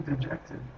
dejected